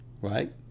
right